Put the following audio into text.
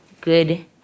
good